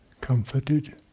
comforted